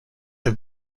have